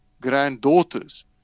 granddaughters